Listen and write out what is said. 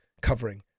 covering